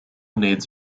needs